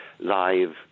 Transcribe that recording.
Live